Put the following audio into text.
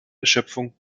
erschöpfung